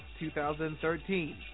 2013